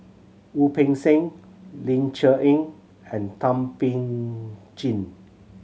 Wu Peng Seng Ling Cher Eng and Thum Ping Jin